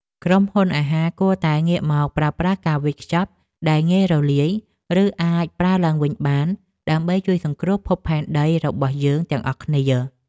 ក្រុមហ៊ុនអាហារគួរតែងាកមកប្រើប្រាស់ការវេចខ្ចប់ដែលងាយរលាយ ឬអាចប្រើឡើងវិញបាន ដើម្បីជួយសង្គ្រោះភពផែនដីរបស់យើងទាំងអស់គ្នា។